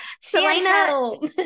Selena